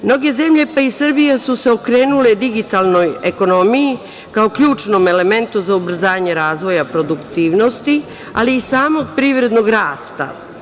Mnoge zemlje, pa i Srbija su se okrenule digitalnoj ekonomiji kao ključnom elementu za ubrzanje razvoja produktivnosti, ali i samog privrednog rasta.